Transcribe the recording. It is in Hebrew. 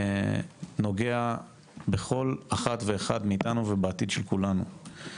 נוגע בכל אחת ואחד מאיתנו ובעתיד של כולנו.